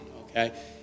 okay